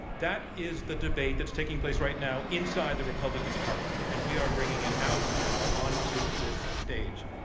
that is the debate that's taking place right now inside the republican party, and we are bringing it out now onto this stage.